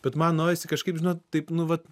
bet man norisi kažkaip žinot taip nu vat